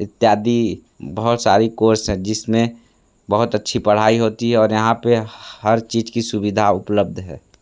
इत्यादि बहुत सारी कोर्स है जिसमें बहुत अच्छी पढ़ाई होती है और यहाँ पे हर चीज की सुविधा उपलब्ध है